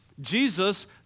Jesus